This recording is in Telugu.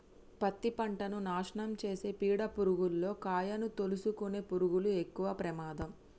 పత్తి పంటను నాశనం చేసే పీడ పురుగుల్లో కాయను తోలుసుకునే పురుగులు ఎక్కవ ప్రమాదం